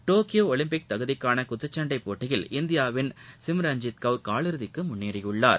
Tokyo Olympic தகுதிக்கான குத்துச்சண்டை போட்டியில் இந்தியாவின் சிம்ரன்ஜித்கவுர் காலிறுதிக்கு முன்னேறியுள்ளார்